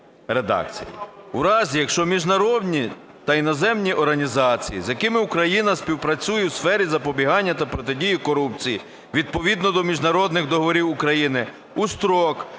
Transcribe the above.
"У разі, якщо міжнародні та іноземці організації, з якими Україна співпрацює в сфері запобігання та протидії корупції відповідно до міжнародних договорів України, в строк,